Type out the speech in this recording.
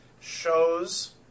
shows